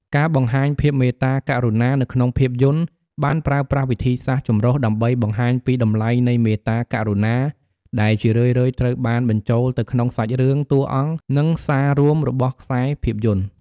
ការបង្ហាញ "ភាពមេត្តាករុណា" នៅក្នុងភាពយន្ត បានប្រើប្រាស់វិធីសាស្រ្តចម្រុះដើម្បីបង្ហាញពីតម្លៃនៃមេត្តាករុណា ដែលជារឿយៗត្រូវបានបញ្ចូលទៅក្នុងសាច់រឿង តួអង្គ និងសាររួមរបស់ខ្សែភាពយន្ត។